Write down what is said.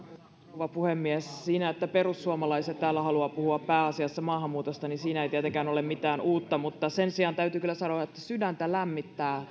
rouva puhemies siinä että perussuomalaiset täällä haluavat puhua pääasiassa maahanmuutosta ei tietenkään ole mitään uutta mutta sen sijaan täytyy kyllä sanoa että sydäntä lämmittää